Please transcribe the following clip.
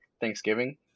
Thanksgiving